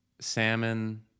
salmon